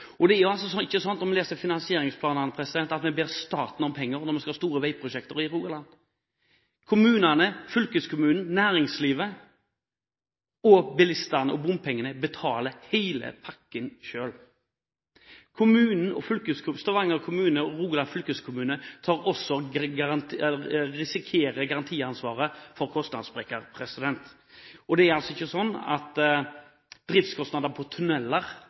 Rogfast. Det er jo ikke sånn – om en leser finansieringsplanen – at vi ber staten om penger når vi skal ha store veiprosjekter i Rogaland. Kommunene, fylkeskommunen, næringslivet og bilistene ved bompenger betaler hele pakken selv. Stavanger kommune og Rogaland fylkeskommune har garantiansvar for kostnadssprekker. Det er altså ikke sånn at driftskostnader på